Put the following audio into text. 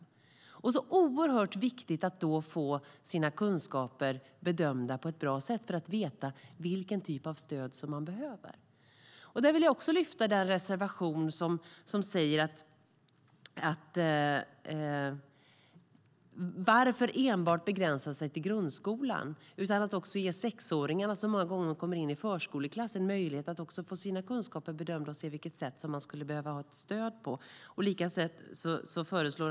Det är då så oerhört viktigt att de får sina kunskaper bedömda på ett bra sätt för att man ska veta vilken typ av stöd de behöver. Här vill jag lyfta fram den reservation som säger: Varför enbart begränsa sig till grundskolan och inte också ge sexåringarna, som många gånger kommer in i förskoleklasser, möjlighet att få sina kunskaper bedömda för att veta på vilket sätt de skulle behöva ha stöd?